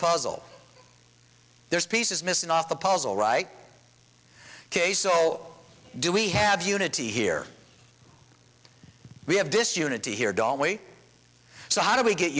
puzzle there's pieces missing off the puzzle right ok so do we have unity here we have disunity here don't we so how do we get